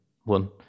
one